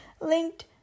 linked